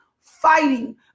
fighting